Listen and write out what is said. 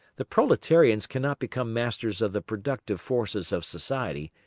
the proletarians cannot become masters of the productive forces of society,